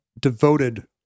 devoted